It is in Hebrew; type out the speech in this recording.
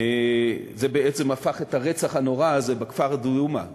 זה בעצם הפך את הרצח הנורא הזה בכפר דומא,